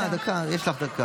דקה, דקה, יש לך דקה.